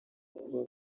kuba